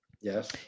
Yes